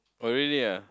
oh really ah